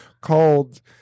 called